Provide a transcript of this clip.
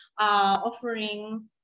offering